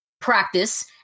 Practice